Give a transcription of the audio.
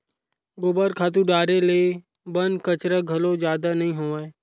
गोबर खातू डारे ले बन कचरा घलो जादा नइ होवय